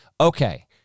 Okay